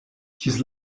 his